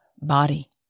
body